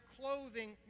clothing